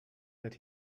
that